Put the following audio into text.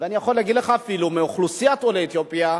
ואני יכול להגיד לך אפילו שמאוכלוסיית עולי אתיופיה,